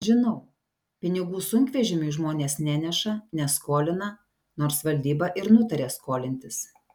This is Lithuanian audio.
žinau pinigų sunkvežimiui žmonės neneša neskolina nors valdyba ir nutarė skolintis